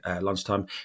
lunchtime